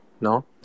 no